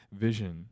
vision